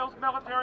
military